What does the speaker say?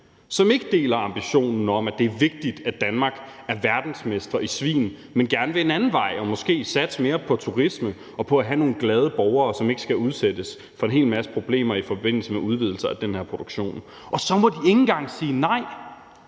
som ikke deler ambitionen om, at det er vigtigt, at Danmark er verdensmestre i svin, men gerne vil en anden vej og måske satse mere på turisme og på at have nogle glade borgere, som ikke skal udsættes for en hel masse problemer i forbindelse med udvidelser af den her produktion. Og så må de ikke engang sige nej,